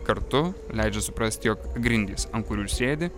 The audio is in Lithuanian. kartu leidžia suprasti jog grindys ant kurių sėdi